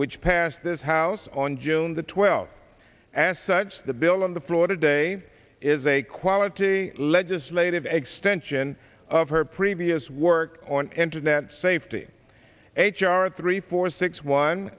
which passed this house on june the twelfth as such the bill on the floor today is a quality legislative extension of her previous work on internet safety h r three four six one